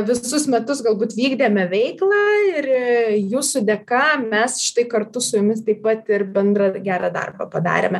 visus metus galbūt vykdėme veiklą ir jūsų dėka mes štai kartu su jumis taip pat ir bendrą gerą darbą padarėme